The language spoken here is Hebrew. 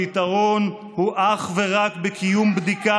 הפתרון הוא אך ורק בקיום בדיקה